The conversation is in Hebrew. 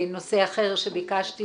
נושא אחר שביקשתי,